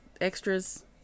extras